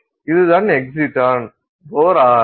இதுதான் எக்ஸிடான் போர் ஆரம்